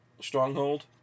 stronghold